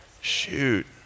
Shoot